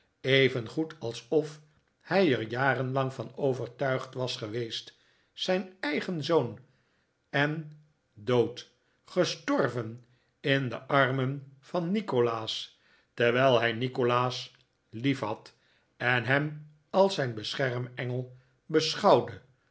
even goed alsof hij er jarenlang van overtuigd was geweest zijn eigen zoon en dood gestorven in de armen van nikolaas terwijl hij nikolaas liefhad en hem als zijn beschermengel beschouwde